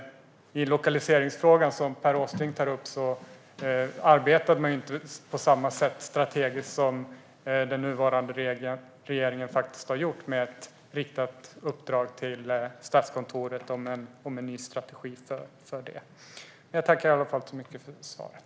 I lokaliseringsfrågan, som Per Åsling tar upp, arbetade man inte på samma sätt strategiskt som den nya regeringen faktiskt har gjort. Regeringen har ett riktat uppdrag till Statskontoret om en ny strategi för detta. Jag tackar dock så mycket för svaret.